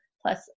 plus